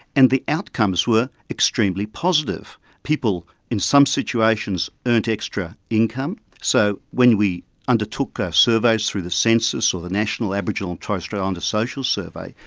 and the outcomes were extremely positive. people in some situations earned extra income. so when we undertook ah surveys through the census or the national aboriginal and torres strait islander social survey,